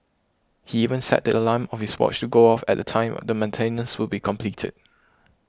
he even set the alarm of his watch to go off at the time the maintenance would be completed